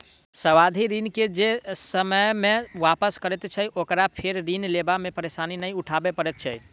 सावधि ऋण के जे ससमय वापस करैत छै, ओकरा फेर ऋण लेबा मे परेशानी नै उठाबय पड़ैत छै